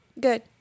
good